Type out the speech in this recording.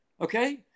Okay